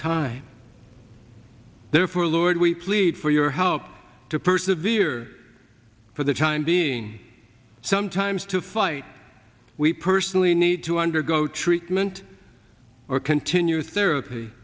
time therefore lord we plead for your help to persevere for the time being sometimes to fight we personally need to undergo treatment or continue therapy